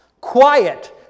quiet